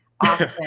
often